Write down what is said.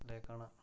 लेकिन